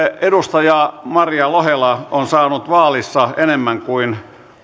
edustaja maria lohela on saanut vaalissa enemmän kuin